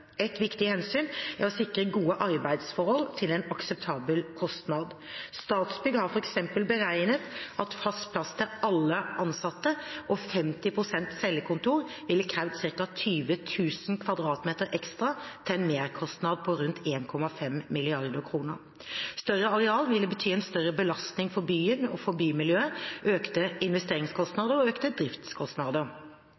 Et viktig hensyn er å sikre gode arbeidsforhold til en akseptabel kostnad. Statsbygg har f.eks. beregnet at fast plass til alle ansatte og 50 pst. cellekontorer ville krevd ca. 20 000 m2 ekstra til en merkostnad på rundt 1,5 mrd. kr. Større areal ville bety en større belastning for byen og bymiljøet, økte